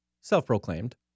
Self-proclaimed